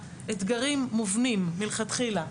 אתגרים מובנים מלכתחילה.